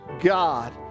God